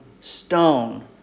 Stone